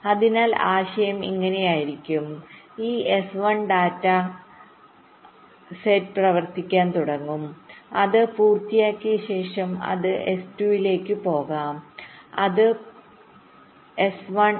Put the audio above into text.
അതിനാൽ ആശയം ഇങ്ങനെയായിരിക്കും ഈ S1 ഡാറ്റ സെറ്റ് 1ൽ പ്രവർത്തിക്കാൻ തുടങ്ങും അത് പൂർത്തിയാക്കിയ ശേഷം അത് S2 ലേക്ക് പോകും അത് പൂർത്തിയാക്കിയ ശേഷം S3 അത് പൂർത്തിയാക്കിയ ശേഷം S4 ലേക്ക് പോകും